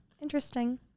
interesting